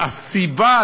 הסיבה,